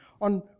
On